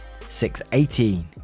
618